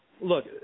look